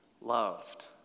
loved